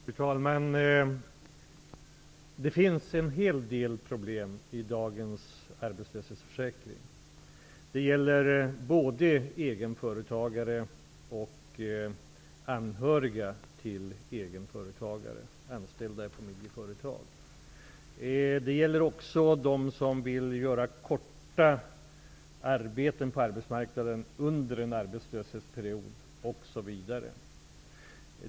Fru talman! Det finns en hel del problem i dagens arbetslöshetsförsäkring. Det gäller både egenföretagare och anhöriga till egenföretagare som är anställda i familjeföretag. Det gäller också dem som vill ta kortvariga arbeten på arbetsmarknaden under en arbetslöshetsperiod osv.